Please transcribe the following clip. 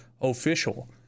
official